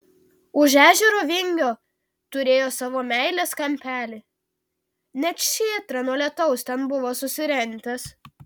už ežero vingio turėjo savo meilės kampelį net šėtrą nuo lietaus ten buvo susirentęs